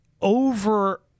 over